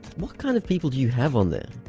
what kind of people do you have on there?